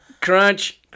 Crunch